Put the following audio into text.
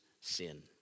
sin